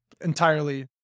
entirely